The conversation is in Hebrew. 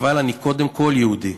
אבל אני קודם כול יהודי.